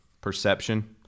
perception